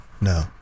No